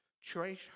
choice